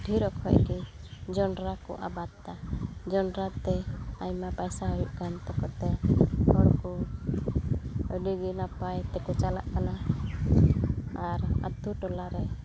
ᱰᱷᱮᱨ ᱚᱠᱚᱡ ᱜᱮ ᱡᱚᱸᱰᱨᱟ ᱠᱚ ᱟᱵᱟᱫᱽ ᱮᱫᱟ ᱡᱚᱸᱰᱨᱟ ᱛᱮ ᱟᱭᱢᱟ ᱯᱟᱭᱥᱟ ᱦᱩᱭᱩᱜ ᱠᱟᱱ ᱛᱟᱠᱚ ᱛᱮ ᱦᱚᱲ ᱠᱚ ᱟᱹᱰᱤ ᱜᱮ ᱱᱟᱯᱟᱭ ᱛᱮᱠᱚ ᱪᱟᱞᱟᱜ ᱠᱟᱱᱟ ᱟᱨ ᱟᱹᱛᱩ ᱴᱚᱞᱟ ᱨᱮ